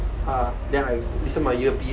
ah then I listen my earpiece